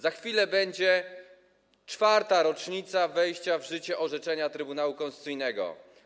Za chwilę będzie 4. rocznica wejścia w życie orzeczenia Trybunału Konstytucyjnego.